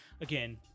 again